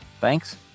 Thanks